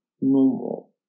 normal